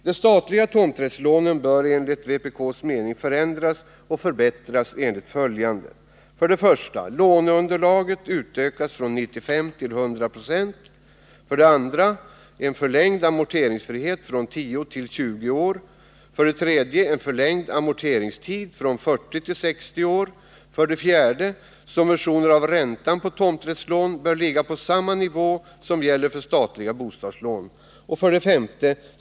De statliga tomträttslånen bör enligt vpk:s mening förändras och förbättras enligt följande: 4. Subventioner av räntan på tomträttslån bör ligga på samma nivå som gäller för statliga bostadslån. 5.